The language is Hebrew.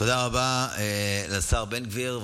תודה רבה לשר בן גביר.